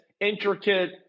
intricate